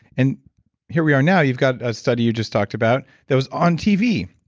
and here we are now, you've got a study you just talked about that was on tv